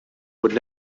would